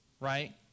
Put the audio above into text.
Right